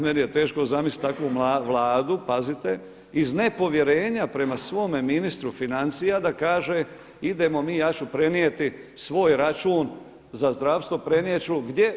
Meni je teško zamisliti takvu Vladu, pazite iz nepovjerenja prema svome ministru financija da kaže idemo mi, ja ću prenijeti svoj račun za zdravstvo prenijet ću gdje?